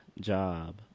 job